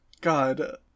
God